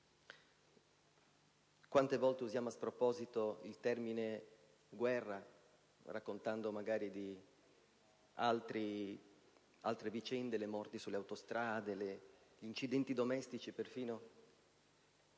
Quante volte usiamo a sproposito il termine «guerra», raccontando magari di altre vicende, come i morti sulle autostrade o perfino gli incidenti domestici. Penso